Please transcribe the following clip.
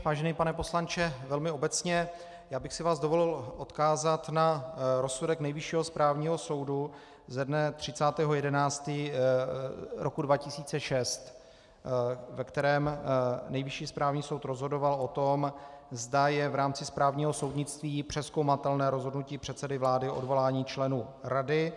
Vážený pane poslanče, velmi obecně, dovolil bych si vás odkázat na rozsudek Nejvyššího správního soudu ze dne 30. 11. 2006, ve kterém Nejvyšší správní soud rozhodoval o tom, zda je v rámci správního soudnictví přezkoumatelné rozhodnutí předsedy vlády o odvolání členů rady.